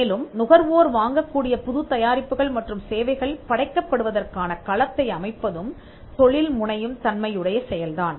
மேலும் நுகர்வோர் வாங்கக்கூடிய புது தயாரிப்புகள் மற்றும் சேவைகள் படைக்கப்படுவதற்கான களத்தை அமைப்பதும் தொழில்முனையும் தன்மையுடைய செயல்தான்